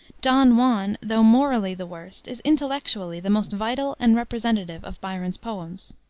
don juan, though morally the worst, is intellectually the most vital and representative of byron's poems.